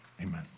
amen